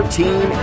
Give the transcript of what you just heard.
team